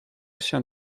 się